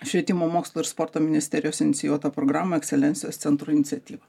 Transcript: švietimo mokslo ir sporto ministerijos inicijuotą programą ekscelencijos centro iniciatyva